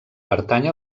pertany